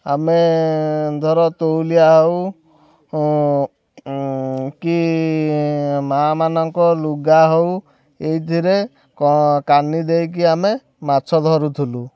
ଆମେ ଧର ତଉଲିଆ ହେଉ କି ମାଆମାନଙ୍କ ଲୁଗା ହେଉ ଏଇଥିରେ କଁ କାନି ଦେଇକି ଆମେ ମାଛ ଧରୁଥିଲୁ